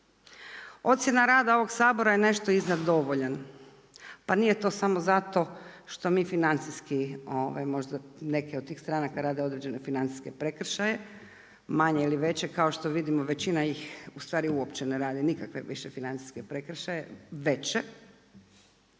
Ocjena rada ovog Sabora je nešto iznad dovoljan. Pa nije to samo zato što mi financijski možda neke od tih stranaka rade određene financijske prekršaje, manje ili veše, kao što vidimo većina ih u stvari uopće ne radi nikakve više financijske prekršaje veće